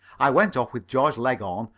i went off with georgie leghorn,